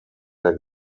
der